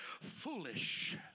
foolish